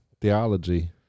theology